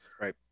right